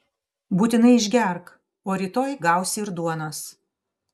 būtinai išgerk o rytoj gausi ir duonos